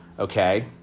Okay